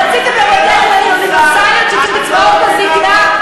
אתם רציתם לבטל את האוניברסליות של קצבאות הזיקנה,